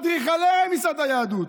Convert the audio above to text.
לאדריכלי רמיסת היהדות,